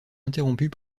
interrompus